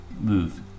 move